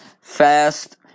fast